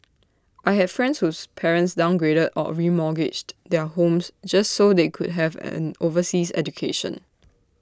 I had friends whose parents downgraded or remortgaged their homes just so they could have an overseas education